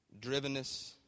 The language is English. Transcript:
Drivenness